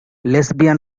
lesbian